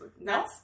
No